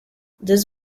this